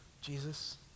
Jesus